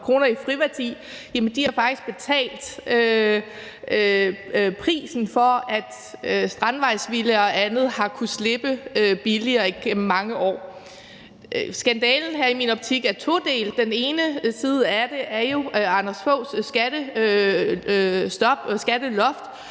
af kroner i friværdi, faktisk har betalt prisen for, at strandvejsvillaer og andet har kunnet slippe billigere igennem mange år. Skandalen her er i min optik todelt. Den ene side af det er jo Anders Fogh Rasmussens